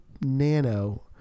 Nano